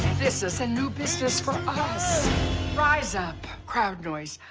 this is a new business for rise up. crowd noise.